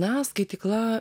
na skaitykla